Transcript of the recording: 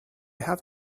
have